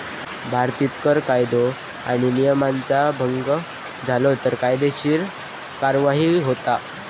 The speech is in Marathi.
भारतीत कर कायदो आणि नियमांचा भंग झालो तर कायदेशीर कार्यवाही होता